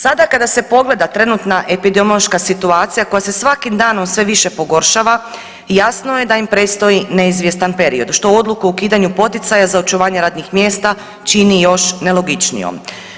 Sada kada se pogleda trenutna epidemiološka situacija koja se svakim danom sve više pogoršava jasno je da im predstoji neizvjestan period, što odluku o ukidanju poticaja za očuvanje radnih mjesta čini još nelogičnijom.